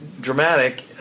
dramatic